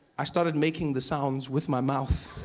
i started making the sounds with my mouth.